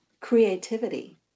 creativity